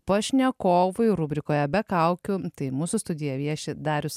pašnekovui rubrikoje be kaukių tai mūsų studija vieši darius